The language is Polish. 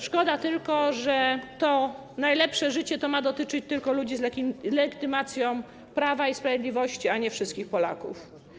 Szkoda tylko, że to najlepsze życie ma dotyczyć tylko ludzi z legitymacją Prawa i Sprawiedliwości, a nie wszystkich Polaków.